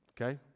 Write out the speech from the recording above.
okay